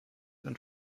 und